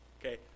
okay